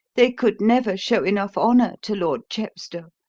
they could never show enough honour to lord chepstow.